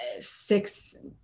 six